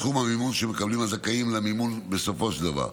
זה סכום המימון שמקבלים הזכאים למימון בסופו של דבר.